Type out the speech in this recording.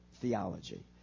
theology